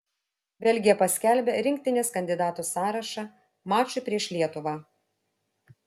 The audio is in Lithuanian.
belgija paskelbė rinktinės kandidatų sąrašą mačui prieš lietuvą